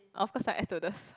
of course lah air stewardess